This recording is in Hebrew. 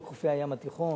חוק חופי הים התיכון,